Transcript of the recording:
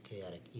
chaotic